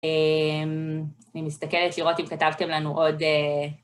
אני מסתכלת לראות אם כתבתם לנו עוד...